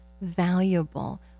valuable